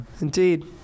Indeed